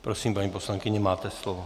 Prosím, paní poslankyně, máte slovo.